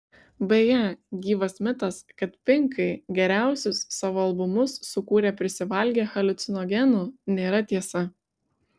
beje gyvas mitas kad pinkai geriausius savo albumus sukūrė prisivalgę haliucinogenų nėra tiesa